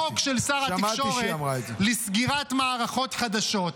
אין חוק של שר התקשורת לסגירת מערכות חדשות.